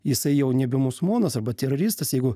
jisai jau nebe musulmonas arba teroristas jeigu